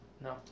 No